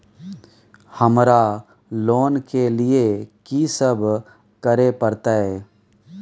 हमरा लोन के लिए की सब करे परतै?